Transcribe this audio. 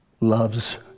loves